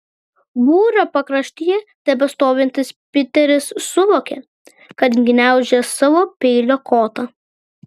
būrio pakraštyje tebestovintis piteris suvokė kad gniaužia savo peilio kotą